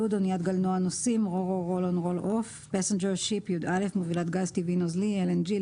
אניית גלנוע נוסעים Cargo passenger ship מובילת גז טבעי נוזלי LNG,